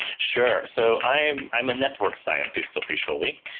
sure. so i'm i'm a network scientist officially,